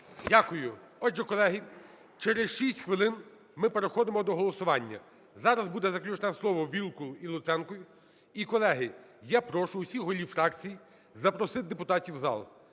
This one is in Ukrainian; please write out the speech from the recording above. Дякую. Отже, колеги, через 6 хвилин ми переходимо до голосування. Зараз буде заключне слово – Вілкул і Луценко. І, колеги, я прошу всіх голів фракцій, запросити депутатів в зал.